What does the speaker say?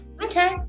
Okay